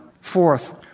Fourth